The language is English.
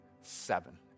seven